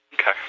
Okay